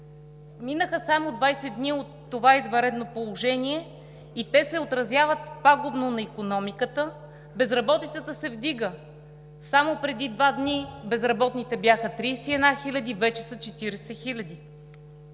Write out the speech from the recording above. Минаха само 20 дни от това извънредно положение и те се отразяват пагубно на икономиката, безработицата се вдига. Само преди два дни безработните бяха 31 000, вече са 40 000.